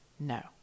no